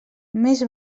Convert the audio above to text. més